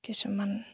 কিছুমান